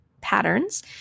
patterns